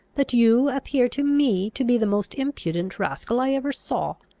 that you appear to me to be the most impudent rascal i ever saw.